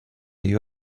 you